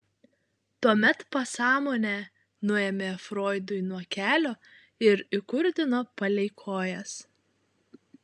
tuomet pasąmonę nuėmė froidui nuo kelio ir įkurdino palei kojas